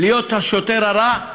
להיות השוטר הרע,